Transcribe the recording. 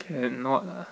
cannot ah